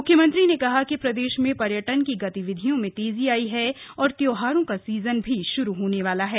मुख्यमंत्री ने कहा कि प्रदेश में पर्यटन की गतिविधियों में तेजी आई है और त्योहारों का सीजन भी श्रू होने वाला है